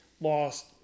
lost